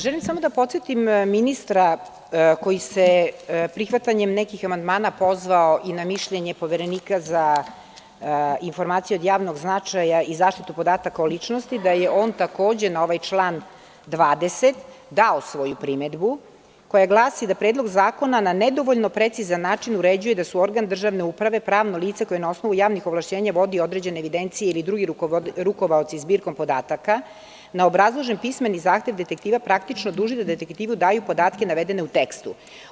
Želim samo da podsetim ministra, koji se prihvatanjem nekih amandmana pozvao i na mišljenje Poverenika za informacije od javnog značaja i zaštitu podataka o ličnosti, da je on takođe na ovaj član 20. dao svoju primedbu, koja glasi – Predlog zakona na nedovoljno precizan način uređuje da su organ državne uprave, pravno lice koje na osnovu javnih ovlašćenja vodi određene evidencije ili drugi rukovaoci zbirkom podataka na obrazložen pismeni zahtev detektiva praktično dužni da detektivi daju podatke navedene u tekstu.